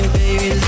baby